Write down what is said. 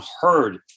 heard